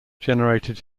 generated